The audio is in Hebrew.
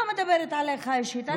אני לא מדברת עליך אישית.